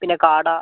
പിന്നെ കാട